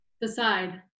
decide